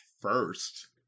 first